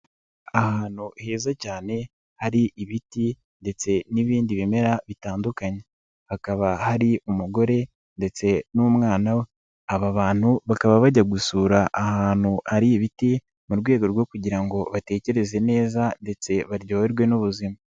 Ahantu heza cyane hari ibiti ndetse n'ibindi bimera bitandukanye hakaba hari umugore ndetse n'umwana aba bantu bakaba bajya gusura ahantu hari ibiti mu rwego rwo kugira ngo batekereze neza ndetse baryoherwe n'ubuzima.